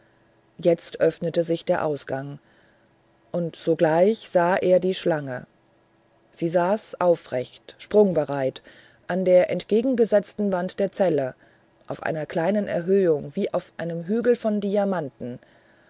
jetzt öffnete sich der ausgang und sogleich sah er die schlange sie saß aufrecht sprungbereit an der entgegengesetzten wand der zelle auf einer kleinen erhöhung wie auf einem hügel von diamanten